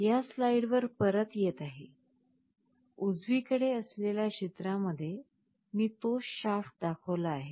या स्लाइडवर परत येत आहोत उजवीकडे असलेल्या चित्रामध्ये मी तोच शाफ्ट दाखविला आहे